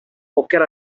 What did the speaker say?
qualquer